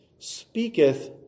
speaketh